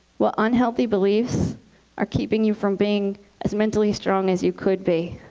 what unhealthy beliefs are keeping you from being as mentally strong as you could be?